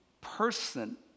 person